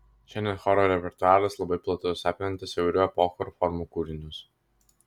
šiandien choro repertuaras labai platus apimantis įvairių epochų ir formų kūrinius